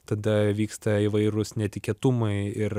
tada vyksta įvairūs netikėtumai ir